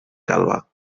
calba